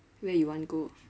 where you want to go